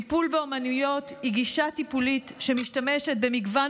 טיפול באומנויות הוא גישה טיפולית שמשתמשת במגוון